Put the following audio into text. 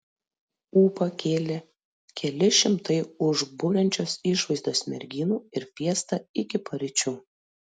ūpą kėlė keli šimtai užburiančios išvaizdos merginų ir fiesta iki paryčių